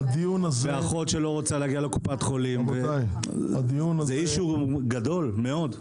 לאחות שלא רוצה להגיע לקופת חולים - זה אישו גדול מאוד.